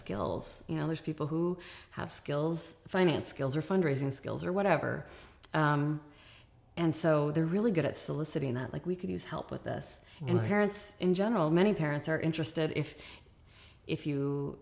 gills you know there's people who have skills finance skills or fundraising skills or whatever and so they're really good at soliciting that like we could use help with this and harrod's in general many parents are interested if if you